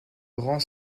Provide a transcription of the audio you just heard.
grand